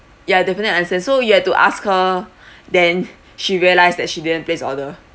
ya definitely I understand so you have to ask her then she realised that she didn't place order